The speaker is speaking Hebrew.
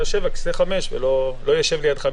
או (11)" יבוא "למעט במקום שהפעלתו הותרה